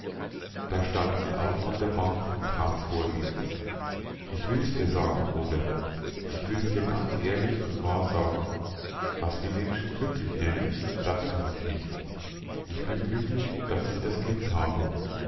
da stand sie auf von der bank und trat vor ihn ich will dir's sagen robert ich will dir's ganz ehrlich und wahr sagen was die menschen glücklich nennen das bin ich nicht ich bin glücklich daß ich das kind habe